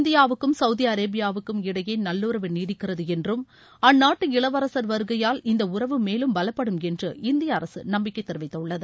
இந்தியாவுக்கும் சவுதி அரேபியாவுக்கு இடையே நல்லறவு நீடிக்கிறது என்றும் அந்நாட்டு இளவரசர் வருகையால் இந்த உறவு மேலும் பலப்படும் என்று இந்திய அரசு நம்பிக்கை தெரிவித்துள்ளது